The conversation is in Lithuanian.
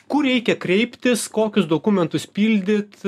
kur reikia kreiptis kokius dokumentus pildyt